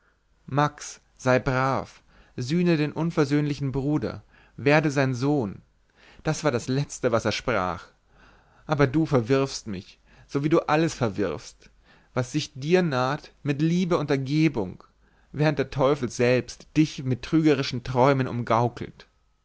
max sei brav sühne den unversöhnlichen bruder werde sein sohn das war das letzte was er sprach aber du verwirfst mich so wie du alles verwirfst was sich dir naht mit liebe und ergebung während der teufel selbst dich mit trügerischen träumen